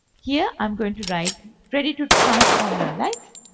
here i am going to write ready to transform your life?